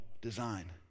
design